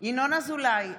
ינון אזולאי,